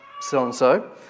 so-and-so